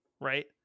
right